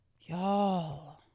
Y'all